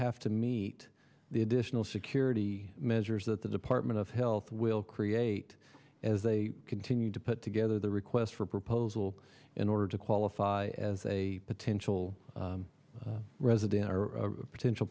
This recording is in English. have to meet the additional security measures that the department of health will create as they continue to put together the request for proposal in order to qualify as a potential president or potential